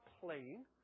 playing